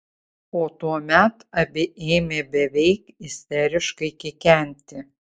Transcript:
o tuomet abi ėmė beveik isteriškai kikenti